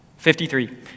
53